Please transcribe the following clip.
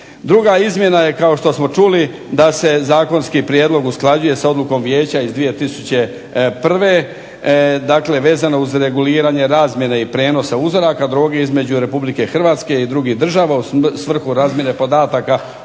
Druga izmjena je kao što smo čuli da se zakonski prijedlog usklađuje sa odlukom Vijeća iz 2001. Dakle, vezano uz reguliranje razmjene i prijenosa uzoraka droge između Republike Hrvatske i drugih država u svrhu razmjene podataka